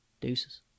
Deuces